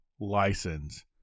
license